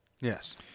Yes